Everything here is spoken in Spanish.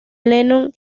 lennon